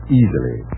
easily